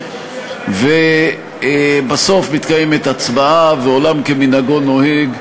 שמוסד האי-אמון הוא לא רק כלי מרכזי של